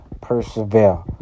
Persevere